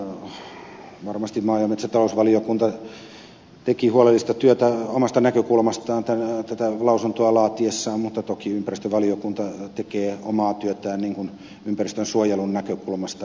sen sijaan varmasti maa ja metsätalousvaliokunta teki huolellista työtä omasta näkökulmastaan tätä lausuntoa laatiessaan mutta toki ympäristövaliokunta tekee omaa työtään ympäristönsuojelun näkökulmasta